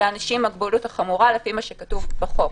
זה לא מתייחס לאנשים עם מוגבלות חמורה לפי מה שכתוב בחוק.